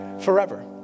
forever